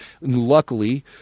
Luckily